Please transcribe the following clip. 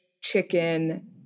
chicken